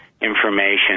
information